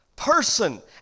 person